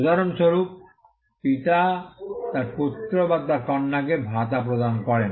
উদাহরণস্বরূপ পিতা তার পুত্র বা তার কন্যাকে ভাতা প্রদান করেন